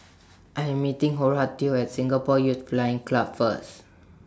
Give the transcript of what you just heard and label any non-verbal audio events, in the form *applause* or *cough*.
*noise* I Am meeting Horatio At Singapore Youth Flying Club First